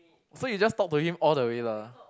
so you just talk to him all the way lah